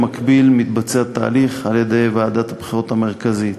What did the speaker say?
במקביל מתבצע תהליך על-ידי ועדת הבחירות המרכזית.